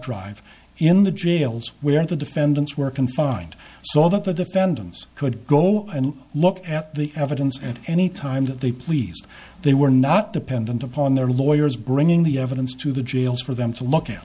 drive in the jails where the defendants were confined so that the defendants could go and look at the evidence at any time that they please they were not dependent upon their lawyers bringing the evidence to the jails for them to look